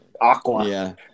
Aqua